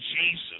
Jesus